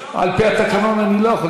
על-פי התקנון אני לא יכול.